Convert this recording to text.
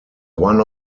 one